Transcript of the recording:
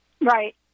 Right